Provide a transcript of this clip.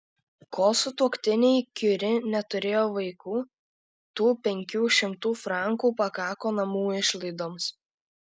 kol sutuoktiniai kiuri neturėjo vaikų tų penkių šimtų frankų pakako namų išlaidoms